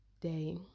day